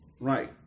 Right